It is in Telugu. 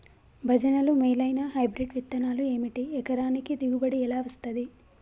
భజనలు మేలైనా హైబ్రిడ్ విత్తనాలు ఏమిటి? ఎకరానికి దిగుబడి ఎలా వస్తది?